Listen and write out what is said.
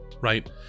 right